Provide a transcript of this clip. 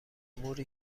موری